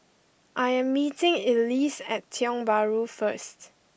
I am meeting Elease at Tiong Bahru first